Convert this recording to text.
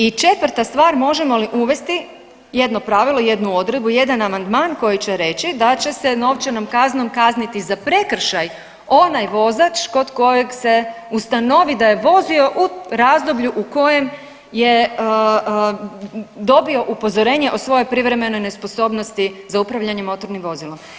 I četvrta stvar možemo li uvesti jedno pravilo, jednu odredbu, jedan amandman koji će reći da će se novčanom kaznom kazniti za prekršaj onaj vozač kod kojeg se ustanovi da je vozio u razdoblju u kojem je dobio upozorenje o svojoj privremenoj nesposobnosti za upravljanje motornim vozilom.